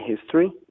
history